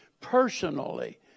Personally